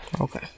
Okay